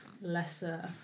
lesser